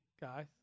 guys